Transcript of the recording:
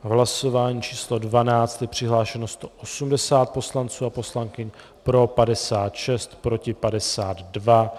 V hlasování číslo 12 je přihlášeno 180 poslanců a poslankyň, pro 56, proti 52.